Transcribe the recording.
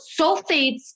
sulfates